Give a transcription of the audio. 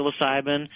psilocybin